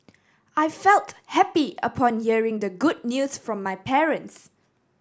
I felt happy upon hearing the good news from my parents